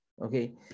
okay